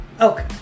Okay